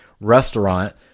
restaurant